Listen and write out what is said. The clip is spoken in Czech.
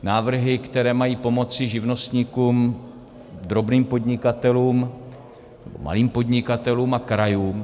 Návrhy, které mají pomoci živnostníkům, drobným podnikatelům, malým podnikatelům a krajům.